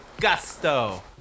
gusto